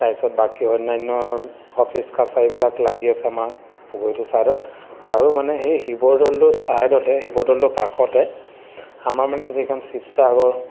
তাৰপিছত বাকী অন্যান্য অফিচ কাছাৰীবিলাক লাগি আছে আমাৰ পুখুৰীটোৰ ছাইডত আৰু মানে সেই শিৱদৌলটোৰ ছাইডতে শিৱদৌলটোৰ কাষতে আমাৰ মানে যিখন শিৱসাগৰ